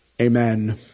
Amen